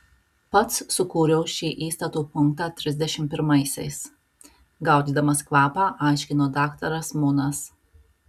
pats sukūriau šį įstatų punktą trisdešimt pirmaisiais gaudydamas kvapą aiškino daktaras munas